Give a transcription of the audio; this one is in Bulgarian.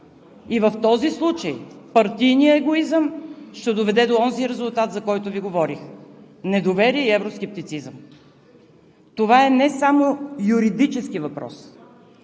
И в този случай партийният егоизъм ще доведе до онзи резултат, за който Ви говорих – недоверие и евроскептицизъм. Това е не само юридически въпрос